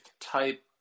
type